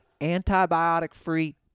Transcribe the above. antibiotic-free